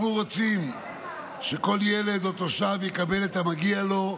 אנחנו רוצים שכל ילד או תושב יקבל את המגיע לו,